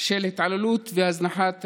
של התעללות בילדים והזנחת ילדים.